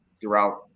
throughout